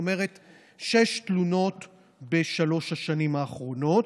זאת אומרת שש תלונות בשלוש השנים האחרונות.